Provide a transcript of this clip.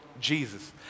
Jesus